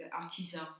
artisan